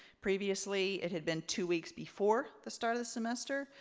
previously it had been two weeks before the start of the semester.